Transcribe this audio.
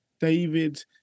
David